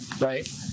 right